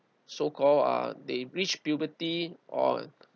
so called uh they reach puberty on